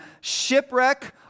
Shipwreck